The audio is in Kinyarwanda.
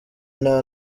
nta